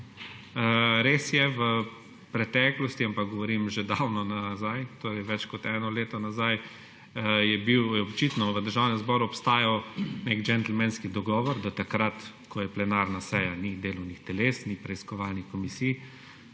Res je, v preteklosti, ampak govorim že davno nazaj, torej več kot eno leto nazaj, je očitno v Državnem zboru obstajal nek džentelmenski dogovor, da takrat, ko je plenarna seja, ni delovnih teles, ni preiskovalnih komisij.